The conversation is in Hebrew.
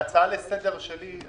ההצעה לסדר שלי,